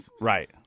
Right